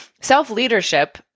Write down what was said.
self-leadership